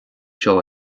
seo